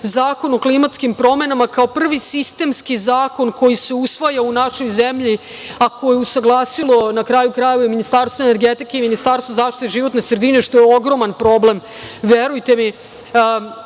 Zakon o klimatskim promenama kao prvi sistemski zakon koji se usvaja u našoj zemlji, a koje je usaglasilo na kraju krajeva i Ministarstvo energetike i Ministarstvo zaštite životne sredine, što je ogroman problem, verujte mi,